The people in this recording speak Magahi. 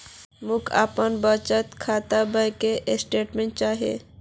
मोक अपनार बचत खातार बैंक स्टेटमेंट्स चाहिए